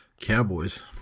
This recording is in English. Cowboys